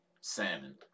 Salmon